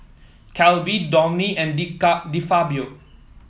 Calbee Downy and De De Fabio